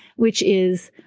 which is,